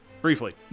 Briefly